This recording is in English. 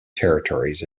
territories